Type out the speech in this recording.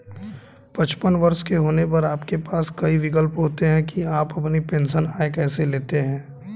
पचपन वर्ष के होने पर आपके पास कई विकल्प होते हैं कि आप अपनी पेंशन आय कैसे लेते हैं